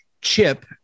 chip